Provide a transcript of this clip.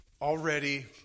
already